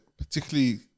Particularly